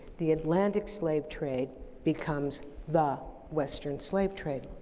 the atlantic slave trade becomes the western slave trade.